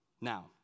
Now